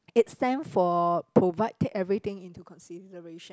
it stand for provided everything into consideration